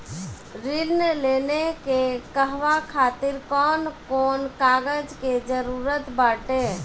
ऋण लेने के कहवा खातिर कौन कोन कागज के जररूत बाटे?